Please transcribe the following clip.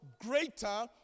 greater